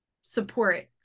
support